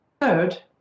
Third